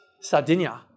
Sardinia